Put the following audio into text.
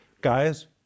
Guys